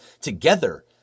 together